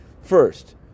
first